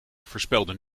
voorspelden